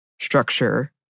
structure